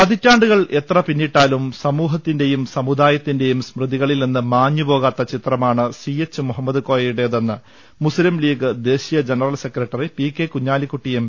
പതിറ്റാണ്ടുകൾ എത്ര പിന്നിട്ടാലും സമൂഹത്തിന്റെയും സമുദായത്തി ന്റെയും സ്മൃതികളിൽ നിന്ന് മാഞ്ഞുപോകാത്ത ചിത്രമാണ് സിഎച്ച് മു ഹമ്മദ് കോയയുടെതെന്ന് മുസ്തിം ലീഗ് ദേശീയ general secretary P K Kunhalikutty M